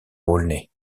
aulnay